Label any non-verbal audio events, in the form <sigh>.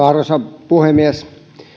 <unintelligible> arvoisa puhemies